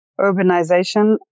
urbanization